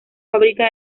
fábrica